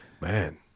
Man